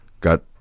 got